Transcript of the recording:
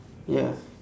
ya